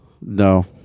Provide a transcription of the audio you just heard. No